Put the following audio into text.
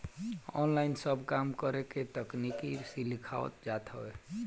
online सब काम के करे के तकनीकी सिखावल जात हवे